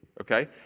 okay